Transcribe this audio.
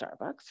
Starbucks